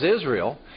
Israel